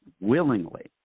willingly